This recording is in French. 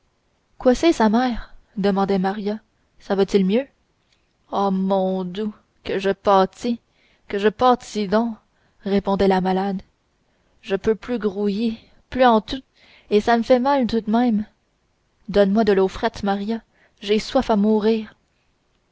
quoi c'est sa mère demandait maria ça va-t-il mieux oh mon don que je pâtis que je pâtis donc répondait la malade je peux plus grouiller plus en tout et ça me fait mal tout de même donne-moi de l'eau frette maria j'ai soif à mourir